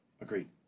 Agreed